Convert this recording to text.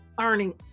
earning